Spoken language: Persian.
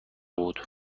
بود